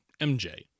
MJ